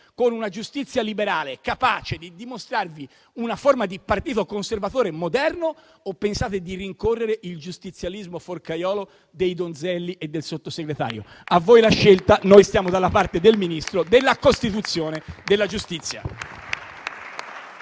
con una giustizia liberale capace di dimostrarvi una forma di partito conservatore moderno, o pensate di rincorrere il giustizialismo forcaiolo di Donzelli e del Sottosegretario? A voi la scelta. Noi stiamo dalla parte del Ministro, della Costituzione, della giustizia.